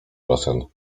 rosjan